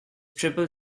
triple